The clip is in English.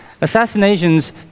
Assassinations